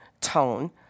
tone